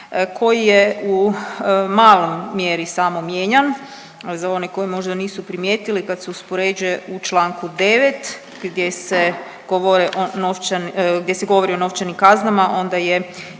koji je u maloj mjeri samo mijenjan, za one koji možda nisu primijetili kad se uspoređuje u Članku 9. gdje se govore o nov… gdje